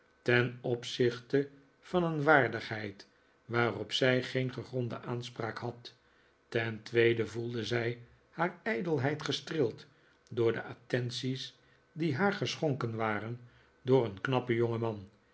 ten opzichte van een waardigheid waarop zij geen gegronde aanspraak had ten tweede voelde zij haar ijdelheid gestreeld door de attenties die haar geschonken waren door een knappen